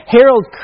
Harold